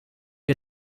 wir